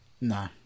No